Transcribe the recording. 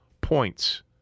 points